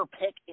pick